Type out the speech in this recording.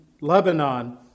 Lebanon